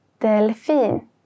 Delfin